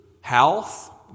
health